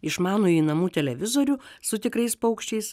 išmanųjį namų televizorių su tikrais paukščiais